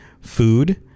food